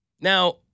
Now